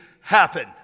happen